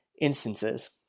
instances